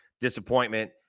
disappointment